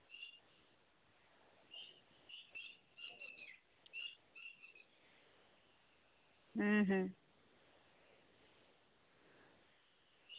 ᱦᱩᱸ ᱦᱩᱸ